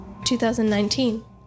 2019